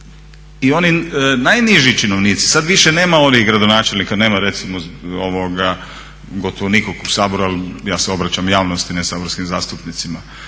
I oni najniži činovnici, sad više nema onih gradonačelnika, nema recimo gotovo nikog u Saboru ali ja se obraćam javnosti ne saborskim zastupnicima